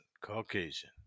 Caucasian